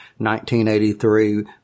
1983